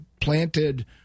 planted